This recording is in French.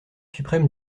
suprême